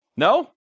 No